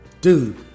dude